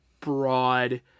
broad